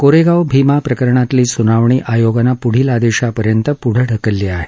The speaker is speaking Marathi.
कोरेगाव भीमा प्रकरणातली स्नावणी आयोगानं प्ढील आदेशापर्यंत प्ढे ढकलली आहे